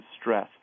stress